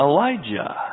Elijah